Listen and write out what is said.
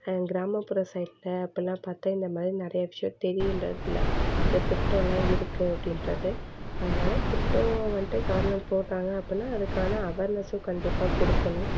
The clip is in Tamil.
கிராமபுற சைட்ல அப்போல்லாம் பார்த்தா இந்தமாரி நிறையா விஷயோம் தெரியிறதில்லை இந்த திட்டலாம் இருக்குது அப்படின்றது அதனால் திட்டம் வந்துட்டு கவுர்மெண்ட் போடுறாங்க அப்புடின்னா அதுக்கான அவேர்நெஸும் கண்டிப்பாக கொடுக்கணும்